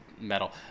metal